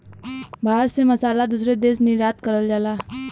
भारत से मसाला दूसरे देश निर्यात करल जाला